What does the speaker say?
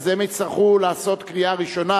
והם יצטרכו לעשות קריאה ראשונה,